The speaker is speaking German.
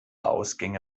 ausgänge